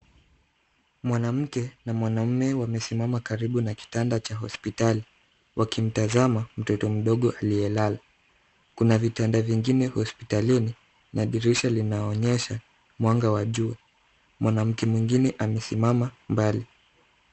Mwanamke na mwanamume wamesimama karibu na kitanda cha hospitali, wakimtazama mtoto mdogo aliyelala. Kuna vitanda vingine hospitalini na dirisha linaonyesha mwanga wa jua. Mwanamke mwingine amesimama mbali.